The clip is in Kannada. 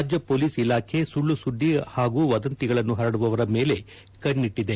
ರಾಜ್ನ ಪೊಲೀಸ್ ಇಲಾಖೆ ಸುಳ್ಲು ಸುದ್ಲಿ ಹಾಗೂ ವದಂತಿಗಳನ್ನು ಹರಡುವವರ ಮೇಲೆ ಕಣ್ಣಿಟದೆ